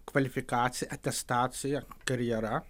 kvalifikacija atestacija karjera